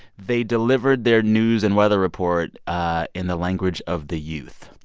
they delivered their news and weather report ah in the language of the youth.